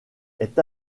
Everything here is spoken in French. est